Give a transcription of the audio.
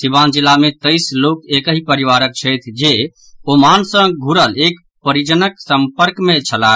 सीवान जिला मे तेईस लोक एकहि परिवारक छथि जे ओमान सँ घुरल एक परिजनक सम्पर्क मे छलाह